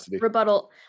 Rebuttal